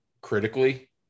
critically